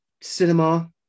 cinema